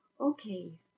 Okay